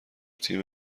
تیم